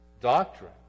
doctrine